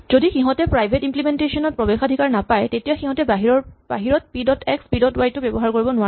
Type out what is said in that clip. যদি সিঁহতে private implementation ত প্ৰৱেশাধিকাৰ নাপায় তেতিয়া সিঁহতে বাহিৰত p dot x p dot y ব্যৱহাৰ কৰিব নোৱাৰে